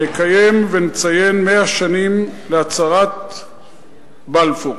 נקיים ונציין מאה שנים להצהרת בלפור,